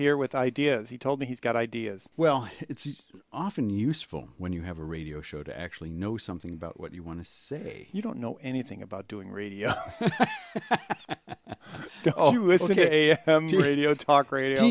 here with ideas he told me he's got ideas well it's often useful when you have a radio show to actually know something about what you want to say you don't know anything about doing radio radio talk radio